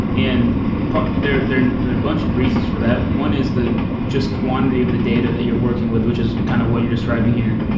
and but there there are a bunch of reasons for that. one is just quantity of the data that you're working with, which is kind of what you're describing here.